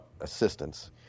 assistance